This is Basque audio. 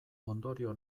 ondorio